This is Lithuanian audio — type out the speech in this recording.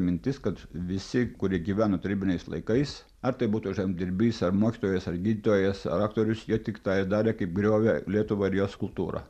mintis kad visi kurie gyveno tarybiniais laikais ar tai būtų žemdirbys ar mokytojas ar gydytojas ar aktorius jie tik tą ir darė kaip griovė lietuvą ir jos kultūrą